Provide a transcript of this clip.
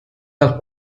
dal